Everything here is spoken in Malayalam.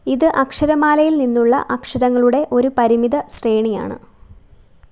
ഇത് അക്ഷരമാലയിൽ നിന്നുള്ള അക്ഷരങ്ങളുടെ ഒരു പരിമിത ശ്രേണിയാണ്